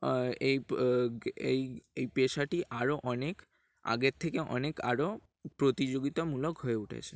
এই এই এই পেশাটি আরও অনেক আগের থেকে অনেক আরও প্রতিযোগিতামূলক হয়ে উঠেছে